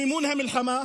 מימון המלחמה